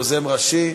יוזם ראשי.